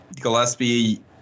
Gillespie